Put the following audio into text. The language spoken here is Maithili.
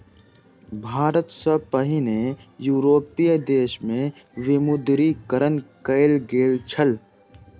भारत सॅ पहिने यूरोपीय देश में विमुद्रीकरण कयल गेल छल